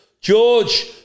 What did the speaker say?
George